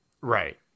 Right